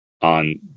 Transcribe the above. on